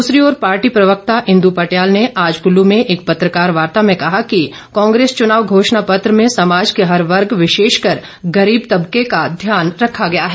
दूसरी ओर पार्टी प्रवक्ता इंद् पटियाल ने आज कुल्लू में एक पत्रकार वार्ता में कहा कि कांग्रेस चुनाव घोषणापत्र में समाज के हर वर्ग विशेषकर गरीब तबके का ध्यान रखा गया है